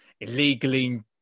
illegally